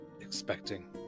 expecting